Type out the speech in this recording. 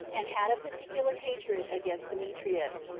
and had a particular hatred against demetrius,